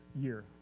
year